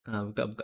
ah buka buka